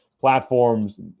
platforms